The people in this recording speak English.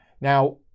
Now